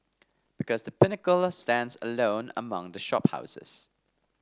because The Pinnacle stands alone among the shop houses